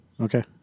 Okay